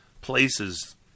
places